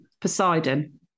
Poseidon